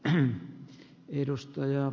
arvoisa puhemies